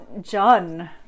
John